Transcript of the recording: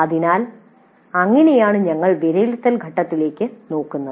അതിനാൽ അങ്ങനെയാണ് ഞങ്ങൾ വിലയിരുത്തൽ ഘട്ടത്തിലേക്ക് നോക്കുന്നത്